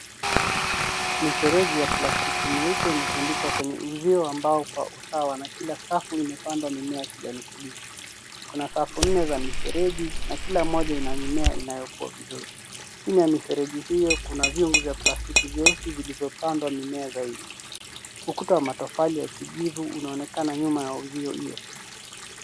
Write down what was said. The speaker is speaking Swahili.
Mifereji yenye plastiki myeupe imetundikwa kwenye uzio wa mbao kwa usawa na kila safu imepandwa mimea ya kijani kibichi. Kuna safu nne za mifereji na kila moja ina mimea inayomea vizuri. Chini ya mifereji hiyo kuna vyombo vya plastiki vyeusi vilivyopandwa mimea zaidi. Ukuta wa matofali ya kijivu unaonekana nyuma ya uzio hiyo.